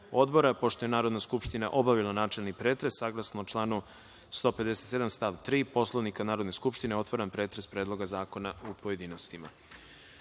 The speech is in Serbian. je Narodna skupština obavila načelni pretres, saglasno članu 157. stav 3. Poslovnika Narodne skupštine, otvaram pretres Predloga zakona u pojedinostima. Na